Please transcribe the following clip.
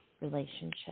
relationship